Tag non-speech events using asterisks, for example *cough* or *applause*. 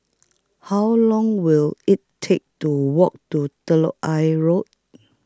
How Long Will IT Take to Walk to *unintelligible* Ayer Road